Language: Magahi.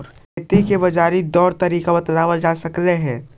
खेती के बाजारी ढेर तरीका से बताबल जा सकलाई हे